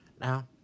Now